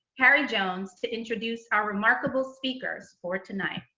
harry jones to introduce our remarkable speakers for tonight.